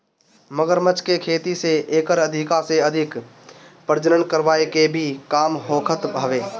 मगरमच्छ के खेती से एकर अधिका से अधिक प्रजनन करवाए के भी काम होखत हवे